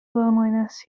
loneliness